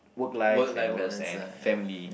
work life and those and family